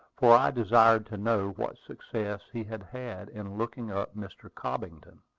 for i desired to know what success he had had in looking up mr. cobbington.